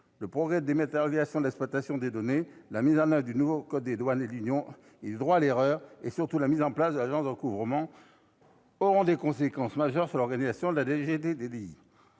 Les progrès de la dématérialisation et de l'exploitation des données, la mise en oeuvre du nouveau code des douanes de l'Union et du « droit à l'erreur » et, surtout, la mise en place de l'agence de recouvrement auront des conséquences majeures sur l'organisation de la DGDDI.